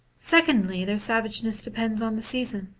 secondly, their savageness depends on the season